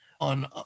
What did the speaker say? on